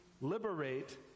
liberate